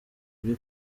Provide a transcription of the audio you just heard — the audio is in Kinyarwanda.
kuri